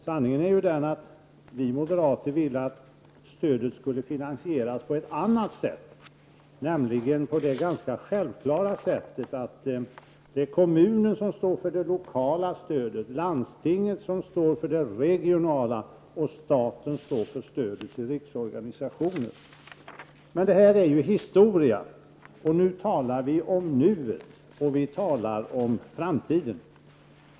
Sanningen är ju att vi moderater ville att stödet skulle finansieras på ett annat sätt, nämligen på det ganska självklara sättet att kommunen skall stå för det lokala stödet, att landstinget skall stå för det regionala stödet och att staten skall stå för stödet till riksorganisationen. Men detta är ju historia, och nu talar vi om nuet och om framtiden.